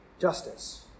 justice